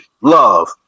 love